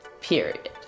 Period